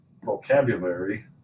Vocabulary